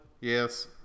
Yes